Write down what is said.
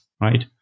right